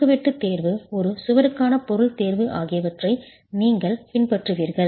குறுக்குவெட்டு தேர்வு ஒரு சுவருக்கான பொருள் தேர்வு ஆகியவற்றை நீங்கள் பின்பற்றுவீர்கள்